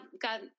God